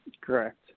Correct